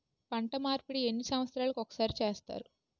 పంట మార్పిడి ఎన్ని సంవత్సరాలకి ఒక్కసారి చేస్తారు?